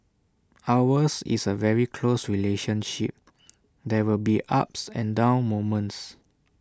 ours is A very close relationship there will be ups and down moments